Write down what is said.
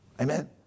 Amen